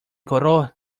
color